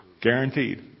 Guaranteed